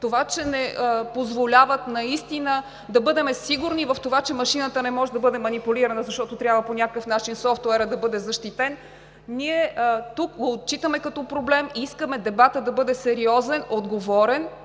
това че не позволяват наистина да бъдем сигурни в това, че машината не може да бъде манипулирана, защото по някакъв начин софтуерът трябва да бъде защитен, ние го отчитаме като проблем и искаме дебатът да бъде сериозен, отговорен,